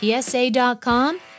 PSA.com